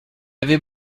avait